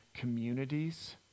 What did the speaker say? communities